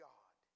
God